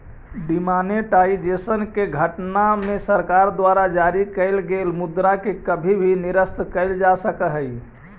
demonetisation के घटना में सरकार द्वारा जारी कैल गेल मुद्रा के कभी भी निरस्त कैल जा सकऽ हई